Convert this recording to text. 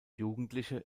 jugendliche